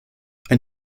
ein